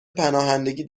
پناهندگی